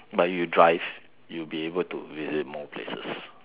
but you drive you'll be able to visit more places